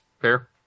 fair